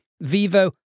Vivo